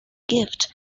gift